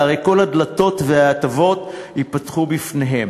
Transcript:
והרי כל הדלתות וההטבות ייפתחו בפניהם.